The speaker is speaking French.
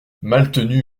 maltenu